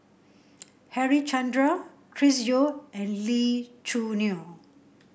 Harichandra Chris Yeo and Lee Choo Neo